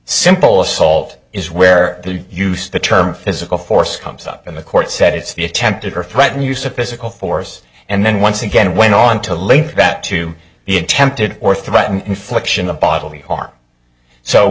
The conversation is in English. simple assault is where the use the term physical force comes up in the court said it's the attempted or threatened use of physical force and then once again went on to link that to the attempted or threatened infliction of bodily harm so